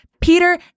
Peter